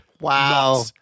wow